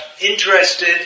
interested